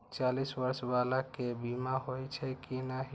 चालीस बर्ष बाला के बीमा होई छै कि नहिं?